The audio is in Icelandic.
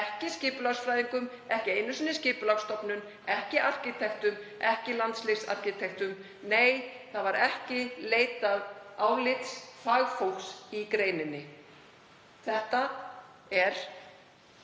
ekki skipulagsfræðingum, ekki einu sinni Skipulagsstofnun, ekki arkitektum, ekki landslagsarkitektum. Nei, það var ekki leitað álits fagfólks í greininni. Þetta eru